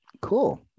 Cool